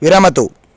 विरमतु